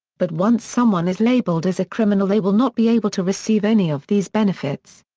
but once someone is labeled as a criminal they will not be able to receive any of these benefits.